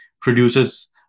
produces